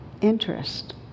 interest